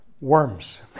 worms